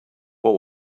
what